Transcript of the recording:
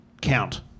count